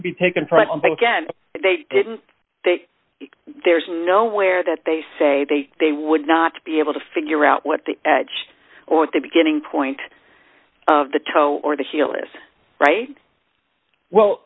to be taken front and back again they didn't they there's nowhere that they say they they would not be able to figure out what the edge or the beginning point of the toe or the heel is right well